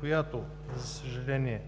която, за съжаление,